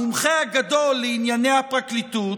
המומחה הגדול לענייני הפרקליטות,